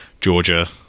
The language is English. Georgia